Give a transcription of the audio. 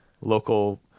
local